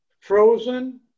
frozen